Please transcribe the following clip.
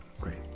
great